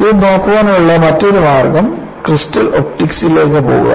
ഇത് നോക്കാനുള്ള മറ്റൊരു മാർഗം ക്രിസ്റ്റൽ ഒപ്റ്റിക്സിലേക്ക് പോകുക